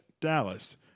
Dallas